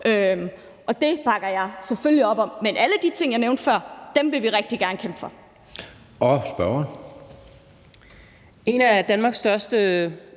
og det bakker jeg selvfølgelig op om. Men alle de ting, jeg nævnte før, vil vi rigtig gerne kæmpe for. Kl. 15:28 Anden næstformand (Jeppe